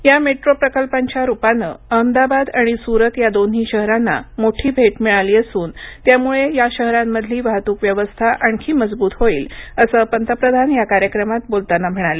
या मेट्रो प्रकल्पांच्या रुपानंअहमदाबाद आणि सुरत या दोन्ही शहरांना मोठी भेट मिळाली असून त्यामुळे या शहरांमधलीवाहतूक व्यवस्था आणखी मजबूत होईल असं पंतप्रधानया कार्यक्रमात बोलताना म्हणाले